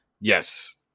yes